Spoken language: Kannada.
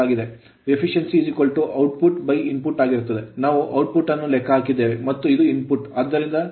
Efficiency ದಕ್ಷತೆ ಔಟ್ಪುಟ್ ಇನ್ಪುಟ್ ಆಗಿರುತ್ತದೆ ನಾವು ಔಟ್ಪುಟ್ ಅನ್ನು ಲೆಕ್ಕಹಾಕಿದ್ದೇವೆ ಮತ್ತು ಇದು ಇನ್ಪುಟ್ ಆದ್ದರಿಂದ ದಕ್ಷತೆ 0